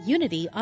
Unity